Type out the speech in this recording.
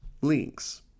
links